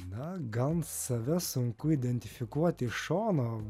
na gan save sunku identifikuoti iš šono